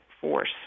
force